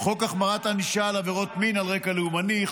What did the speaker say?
חוק החמרת ענישה על עבירות מין על רקע לאומני,